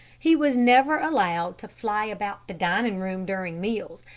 he was never allowed to fly about the dining room during meals,